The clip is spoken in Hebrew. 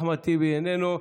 אחמד טיבי, איננו.